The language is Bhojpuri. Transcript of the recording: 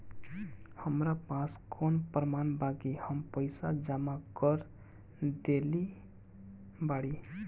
हमरा पास कौन प्रमाण बा कि हम पईसा जमा कर देली बारी?